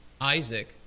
Isaac